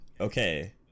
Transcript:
Okay